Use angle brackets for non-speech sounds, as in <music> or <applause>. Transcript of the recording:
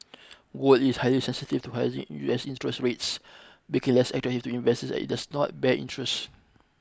word is highly sensitive to <unintelligible> U S interest rates because less attractive to investors as it does not bear interest